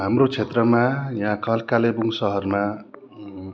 हाम्रो क्षेत्रमा यहाँ का कालेबुङ सहरमा